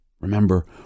Remember